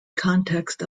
context